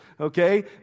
okay